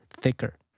thicker